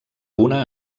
una